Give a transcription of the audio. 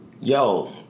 yo